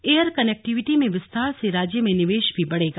air connectivity में विस्तार से राज्य में निवेश भी बढ़ेगा